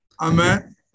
Amen